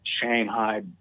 Shanghai